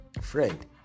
Friend